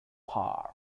park